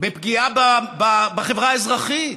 בפגיעה בחברה האזרחית,